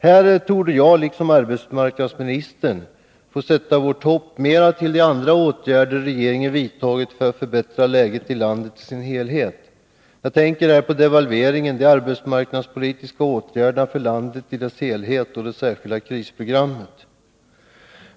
Här torde jag liksom arbetsmarknadsministern få sätta hoppet mera till de andra åtgärder Nr 26 regeringen vidtagit för att förbättra läget i landet i dess helhet. Jag tänker här Måndagen den på devalveringen, de arbetsmarknadspolitiska åtgärderna för landet i dess 15 november 1982 helhet och det särskilda krisprogrammet.